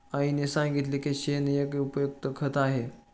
आईने सांगितले की शेण पण एक उपयुक्त खत आहे